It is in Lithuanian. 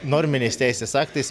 norminiais teisės aktais